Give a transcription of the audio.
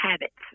habits